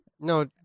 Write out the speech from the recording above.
No